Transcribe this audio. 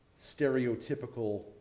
stereotypical